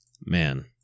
man